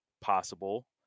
possible